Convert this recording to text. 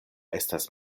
estas